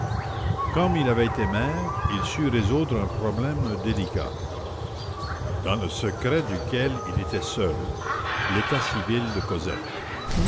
comme il avait été maire il sut résoudre un problème délicat dans le secret duquel il était seul l'état civil de cosette